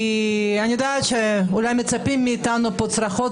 כי אני יודעת שאולי מצפים מאתנו פה לצרחות,